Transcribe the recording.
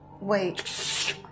Wait